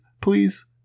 please